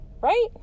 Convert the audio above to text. right